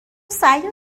سعید